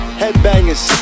headbangers